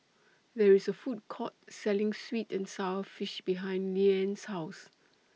There IS A Food Court Selling Sweet and Sour Fish behind Leanne's House